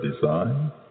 design